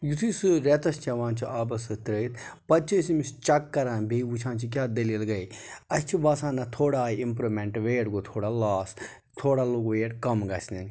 یتھُے سُہ رٮ۪تَس چٮ۪وان چھُ آبَس سۭتۍ ترٲیتھ پَتہٕ چھِ أسۍ أمِس چَک کَران بیٚیہِ وٕچھان چھِ کیٛاہ دٔلیٖل گٔے اَسہِ چھُ باسان نہ تھوڑا آیہِ اِمپروٗمٮنٛٹ ویٹ گوٚو تھوڑا لاس تھوڑا لوٚگ ویٹ کَم گژھنۍ